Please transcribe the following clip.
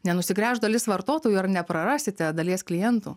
nenusigręš dalis vartotojų ar neprarasite dalies klientų